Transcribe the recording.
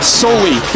solely